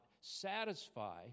satisfy